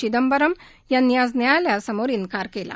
चिदंबरम यांनी आज न्यायालयासमोर इन्कार केला